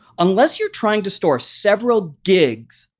unless you're trying to store several gigs,